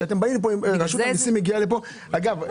אגב,